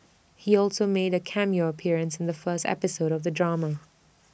he also made A cameo appearance in the first episode of the drama